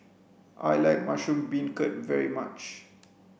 I like mushroom beancurd very much